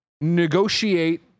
negotiate